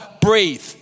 breathe